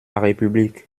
république